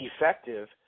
effective